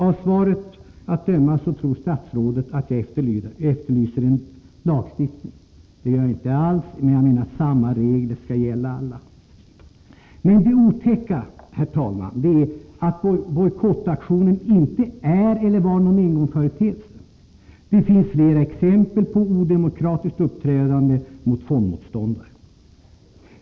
Av svaret att döma tror statsrådet att jag efterlyser lagstiftning. Det gör jag inte alls, men jag menar att samma regler skall gälla alla. Det otäcka är, herr talman, att bojkottaktionen inte är eller var någon engångsföreteelse. Det finns flera exempel på odemokratiskt uppträdande mot fondmotståndare.